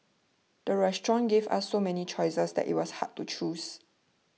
the restaurant gave us so many choices that it was hard to choose